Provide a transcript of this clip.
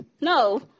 No